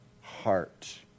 heart